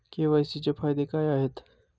KYC चे फायदे काय आहेत?